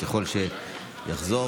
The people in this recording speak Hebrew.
ככל שיחזור,